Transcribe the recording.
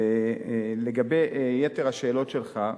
לגבי יתר השאלות שלך,